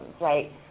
right